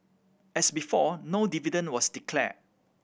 as before no dividend was declared